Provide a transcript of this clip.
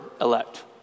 elect